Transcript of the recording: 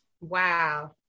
Wow